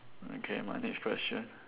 okay my next question